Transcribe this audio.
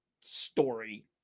story